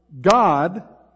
God